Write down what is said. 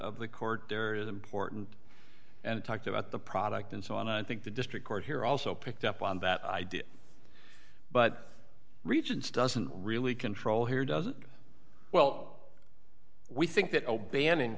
of the court there is important and talked about the product and so on i think the district court here also picked up on that idea but regions doesn't really control here doesn't well we think that o'bann